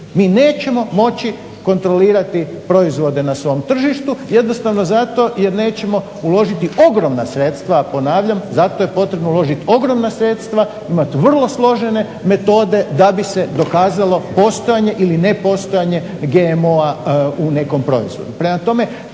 Mi nećemo kontrolirati proizvode na svom tržištu jednostavno zato jer nećemo uložiti ogromna sredstva, a ponavljam zato je potrebno uložiti ogromna sredstva imati vrlo složene metode da bi se dokazalo postojanje ili nepostojanje GMO-a u nekom proizvodu.